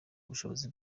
ubushobozi